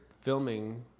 filming